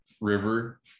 river